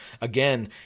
again